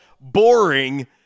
Boring